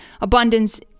Abundance